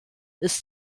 ist